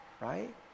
right